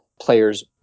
players